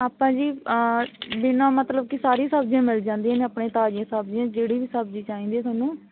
ਆਪਾਂ ਜੀ ਬਿਨਾਂ ਮਤਲਬ ਕਿ ਸਾਰੀਆਂ ਸਬਜ਼ੀਆਂ ਮਿਲ ਜਾਂਦੀਆਂ ਨੇ ਆਪਣੇ ਤਾਜ਼ੀਆਂ ਸਬਜ਼ੀਆਂ ਜਿਹੜੀ ਵੀ ਸਬਜ਼ੀ ਚਾਹੀਦੀ ਆ ਤੁਹਾਨੂੰ